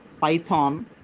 python